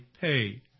pay